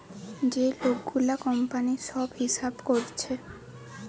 যে লোক গুলা কোম্পানির সব হিসাব কোরছে